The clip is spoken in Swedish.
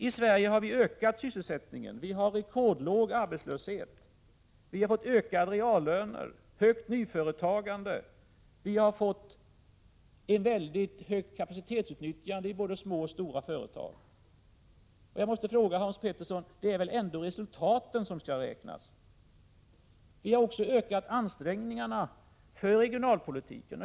I Sverige har vi ökat sysselsättningen, och vi har rekordlåg arbetslöshet. Vi har fått höjda reallöner och ett omfattande nyföretagande. Vi har fått ett mycket högt kapacitetsutnyttjande i både små och stora företag. Jag måste fråga Hans Petersson: Det är väl ändå resultaten som skall räknas? Vi har också ökat ansträngningarna när det gäller regionalpolitiken.